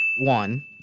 one